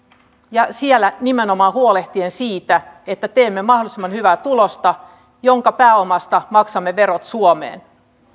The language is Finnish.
siellä nimenomaan huolehtien siitä että teemme mahdollisimman hyvää tulosta jonka pääomasta maksamme verot suomeen